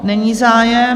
Není zájem.